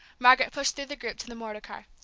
margaret pushed through the group to the motor-car.